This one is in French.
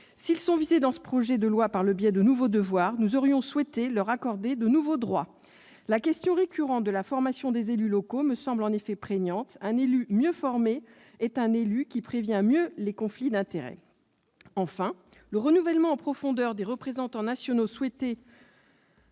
sont visés par le biais de nouveaux devoirs, nous aurions souhaité leur accorder de nouveaux droits. La question récurrente de la formation des élus locaux me semble, en effet, prégnante. Un élu mieux formé est un élu qui prévient mieux les conflits d'intérêts. Enfin, le renouvellement en profondeur des représentants nationaux,